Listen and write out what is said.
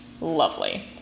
Lovely